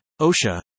OSHA